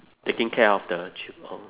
taking care of the chil~ oh